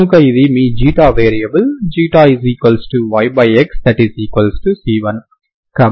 కనుక ఇది మీ ξ వేరియబుల్ ξyxc1